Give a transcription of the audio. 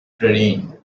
terrain